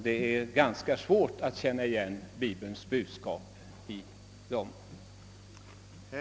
Det är ganska svårt att känna igen Bibelns budskap i dessa böcker.